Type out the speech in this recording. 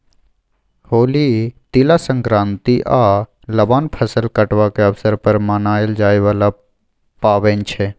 होली, तिला संक्रांति आ लबान फसल कटबाक अबसर पर मनाएल जाइ बला पाबैन छै